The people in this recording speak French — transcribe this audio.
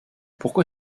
pourquoi